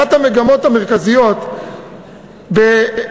אחת המגמות המרכזיות בהגדרות